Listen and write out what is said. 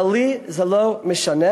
אבל לי זה לא משנה,